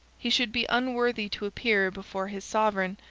he should be unworthy to appear before his sovereign,